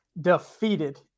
defeated